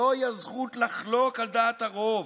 זוהי הזכות לחלוק על דעת הרוב,